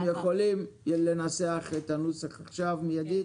יכולים לנסח את הנוסח עכשיו מיידית?